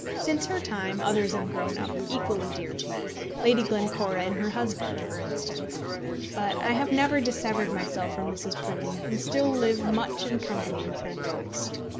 since her time others have grown up equally dear to me lady glencora and her husband, for instance but i have never dissevered myself from mrs. proudie, and still live much in company with her ghost.